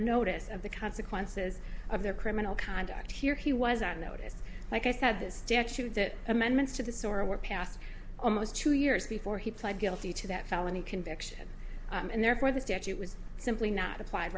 notice of the consequences of their criminal conduct here he was on notice like i said this statute that amendments to the sorra were passed almost two years before he pled guilty to that felony conviction and therefore the statute was simply not applied